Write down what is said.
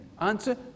Answer